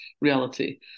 reality